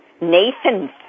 Nathan